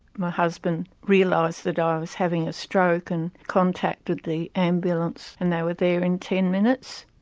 my husband realised that i was having a stroke and contacted the ambulance and they were there in ten minutes.